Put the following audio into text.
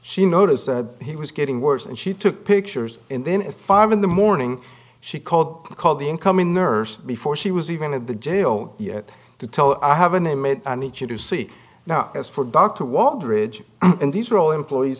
she noticed that he was getting worse and she took pictures and then at five in the morning she called called the incoming nurse before she was even at the jail yet to tell i haven't a maid and it you do see now as for dr wachter ridge and these are all employees